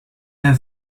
their